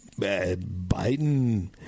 Biden